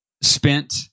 spent